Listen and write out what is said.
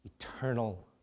Eternal